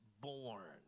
born